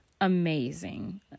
amazing